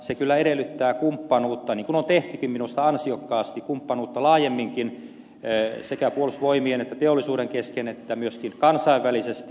se kyllä edellyttää kumppanuutta jota on harjoitettukin minusta ansiokkaasti kumppanuutta laajemminkin sekä puolustusvoimien ja teollisuuden kesken että myöskin kansainvälisesti